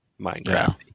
Minecraft